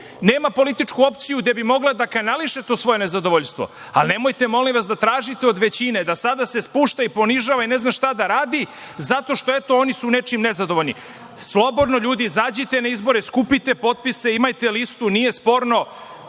nema političku opciju gde bi mogla da kanališe to svoje nezadovoljstvo. Ali, nemojte molim vas da tražite od većine da se sada spušta, ponižava i ne znam šta da radi, zato što eto, oni su nečim nezadovoljni. Slobodno ljudi izađite na izbore, skupite potpise, imajte listu, nije sporno,